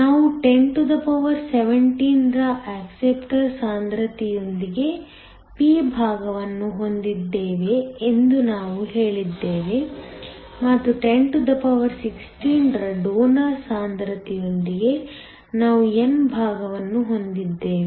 ನಾವು 1017 ರ ಅಕ್ಸಪ್ಟರ್ ಸಾಂದ್ರತೆಯೊಂದಿಗೆ p ಭಾಗವನ್ನು ಹೊಂದಿದ್ದೇವೆ ಎಂದು ನಾವು ಹೇಳಿದ್ದೇವೆ ಮತ್ತು 1016 ರ ಡೋನರ್ ಸಾಂದ್ರತೆಯೊಂದಿಗೆ ನಾವು n ಭಾಗವನ್ನು ಹೊಂದಿದ್ದೇವೆ